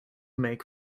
make